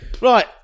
Right